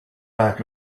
back